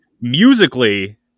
Musically